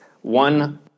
one